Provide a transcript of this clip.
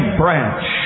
branch